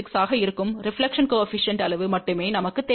56 ஆக இருக்கும் ரெபிலெக்ஷன் கோஏபிசிஎன்டின் அளவு மட்டுமே நமக்குத் தேவை